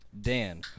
Dan